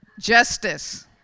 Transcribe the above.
Justice